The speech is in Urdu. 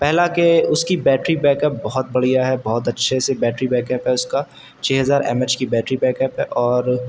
پہلا کہ اس کی بیٹری بیک اپ بہت بڑھیا ہے بہت اچھے سے بیٹری بیک اپ ہے اس کا چھ ہزار ایم ایچ کی بیٹری بیک اپ ہے اور